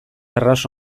arras